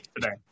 today